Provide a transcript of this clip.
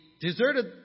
deserted